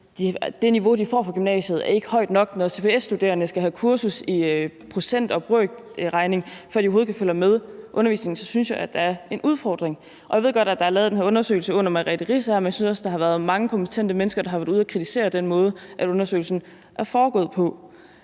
det niveau, de får fra gymnasiet, ikke er højt nok, og når CBS-studerende skal have kursus i procent- og brøkregning, for at de overhovedet kan følge med i undervisningen, så synes jeg, der er en udfordring. Jeg ved godt, at der er lavet den her undersøgelse under Merete Riisager, men jeg synes også, der har været mange kompetente mennesker, der har været ude at kritisere den måde, undersøgelsen er foregået på.